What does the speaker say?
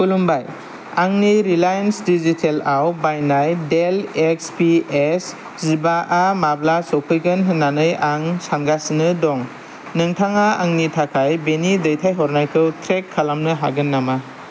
खुलुमबाय आंनि Reliance digital आव बायनाय देल एक्स पि एस जिबा माब्ला सफैगोन होननानै आं सानगासिनो दं नोंथाङा आंनि थाखाय बेनि दैथायहरनायखौ ट्रेक खालामनो हागोन नामा